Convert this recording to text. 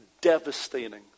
devastating